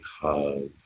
hug